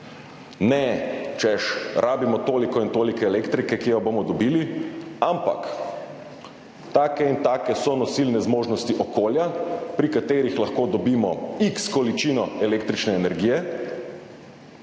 Ne, češ, rabimo toliko in toliko elektrike, kje jo bomo dobili, ampak take in take so nosilne zmožnosti okolja, pri katerih lahko dobimo x-količino električne energije,